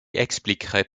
expliquerait